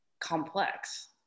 complex